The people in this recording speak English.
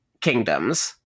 kingdoms